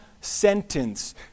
sentence